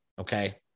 Okay